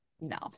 no